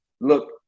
look